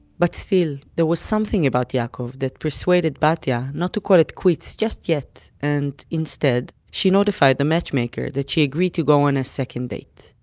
but still, there was something about yaakov that persuaded batya not to call it quits just yet, and instead, she notified the matchmaker that she agreed to go out on a second date.